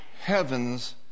heaven's